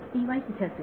विद्यार्थी तिथे असेल